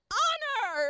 honor